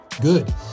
Good